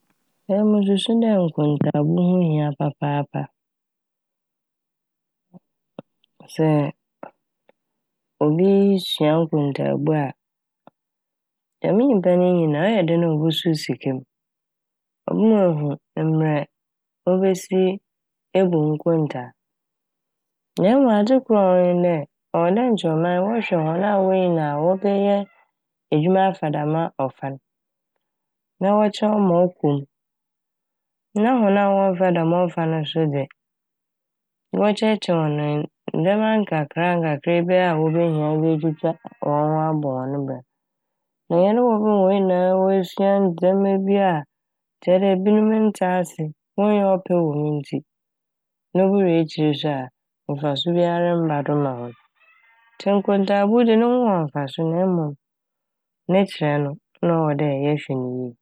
Emi mususu dɛ nkotaabu ho nyia papaapa. Sɛ obi sua nkotaabu a dɛm nyimpa ne nyin a ɔyɛ dɛn a obosuo sika m' ɔbɛma ehu mbrɛ obesi ebu nkotaa. Na emom adze kor a ɔwɔ ho nye dɛ ɔwɔ nkyɛ ɔman yi wɔhwɛ hɔn a wonyin a wɔbɛyɛ edwuma afa dɛm ɔfa n' na wɔkyerɛ hɔn ma ɔkɔ m'. Na hɔn a wɔmmfa dɛm ɔfa ne so dze wɔkyerɛkyerɛ hɔn nd- ndzɛma nkakrakra bi a wobehia wɔdze etwitwa hɔn ho abɔ hɔn bra. Na hɛn ne mu hɔn nyinaa woesua ndzɛma bi a kyerɛ bi mu nntse ase, wonnya ɔpɛ wɔ mu ne ntsi na obowie ekyir so a mfaso biara mmba do mma hɔn. Ntsi nkotaabu dze no ho wɔ mfaso na mom ne kyerɛ no na ɔwɔ dɛ yɛhwɛ ne yie.